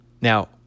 Now